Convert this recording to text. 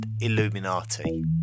Illuminati